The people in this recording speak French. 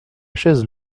chaise